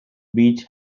beach